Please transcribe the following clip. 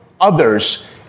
others